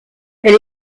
elle